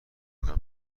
کنم